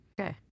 Okay